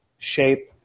shape